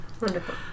Wonderful